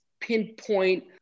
pinpoint